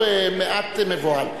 מעט מבוהל.